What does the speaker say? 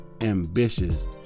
ambitious